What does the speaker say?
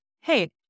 hey